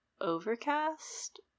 Overcast